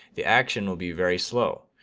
the action will be very slow.